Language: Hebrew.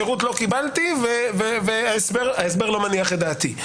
שירות לא קיבלתי וההסבר לא מניח את דעתי.